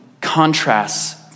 contrasts